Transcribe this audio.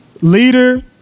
Leader